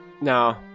No